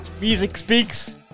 MUSICSPEAKS